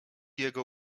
jego